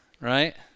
right